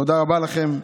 תודה רבה לכם,